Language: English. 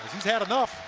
had enough.